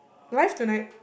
do I have to like